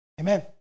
Amen